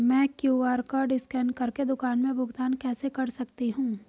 मैं QR code scan कर के दुकान में भुगतान कैसे कर सकती हूँ?